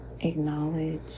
Acknowledge